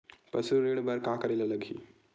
पशु ऋण बर का करे ला लगही?